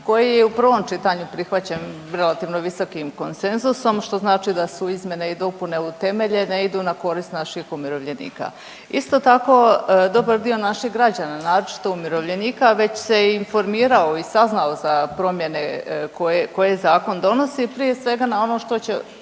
koji je i u prvom čitanju prihvaćen relativno visokim konsenzusom što znači da su izmjene i dopune utemeljene i idu na korist naših umirovljenika. Isto tako dobar dio naših građana naročito umirovljenika već se informirao i saznao za promjene koje, koje zakon donosi, prije svega na ono što će